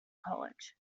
college